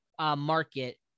market